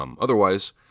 Otherwise